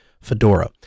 Fedora